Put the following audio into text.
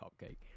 cupcake